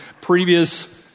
previous